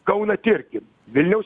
kauną tirkim vilniaus